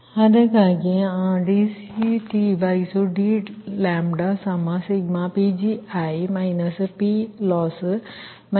ಆದ್ದರಿಂದ ಅದಕ್ಕಾಗಿಯೇ ಆ dCTdλi1mPgi PLoss PL0 ಇದು ಸಮೀಕರಣ 28